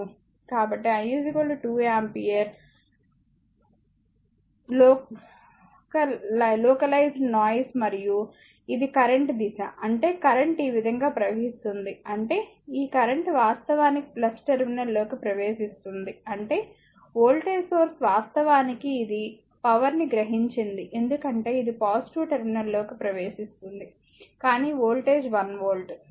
కాబట్టి I 2 ampere localized noise మరియు ఇది కరెంట్ దిశ అంటే కరెంట్ ఈ విధంగా ప్రవహిస్తుంది అంటే ఈ కరెంట్ వాస్తవానికి టెర్మినల్లోకి ప్రవేశిస్తుంది అంటే వోల్టేజ్ సోర్స్ వాస్తవానికి ఇది పవర్ ని గ్రహించింది ఎందుకంటే ఇది పాజిటివ్ టెర్మినల్లోకి ప్రవేశిస్తుంది కానీ వోల్టేజ్ 1 వోల్ట్